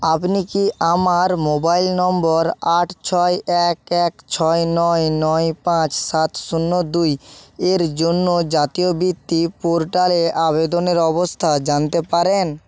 আপনি কি আমার মোবাইল নম্বর আট ছয় এক এক ছয় নয় নয় পাঁচ সাত শূন্য দুই এর জন্য জাতীয় বৃত্তি পোর্টালে আবেদনের অবস্থা জানতে পারেন